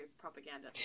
propaganda